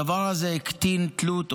הדבר הזה הקטין תלות,